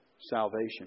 salvation